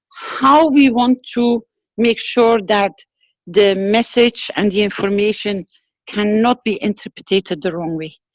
how we wont to make sure that the message and the information can not be interpreted the wrong way.